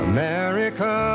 America